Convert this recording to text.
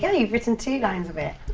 yeah you've written two lines of it.